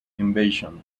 invasion